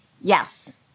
Yes